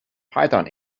python